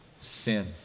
Sin